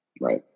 Right